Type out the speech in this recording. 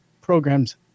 programs